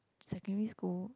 secondary school